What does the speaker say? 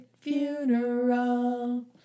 Funeral